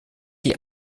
die